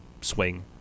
swing